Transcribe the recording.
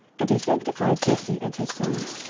and he sanctified jesse and his sons,